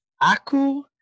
Aku